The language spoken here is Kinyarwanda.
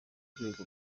urwego